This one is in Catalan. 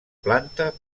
planta